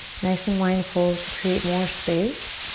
nice and mindful to create more space.